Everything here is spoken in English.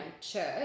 church